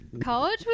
college